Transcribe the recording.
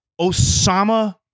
Osama